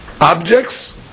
Objects